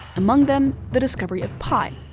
among them the discovery of pi.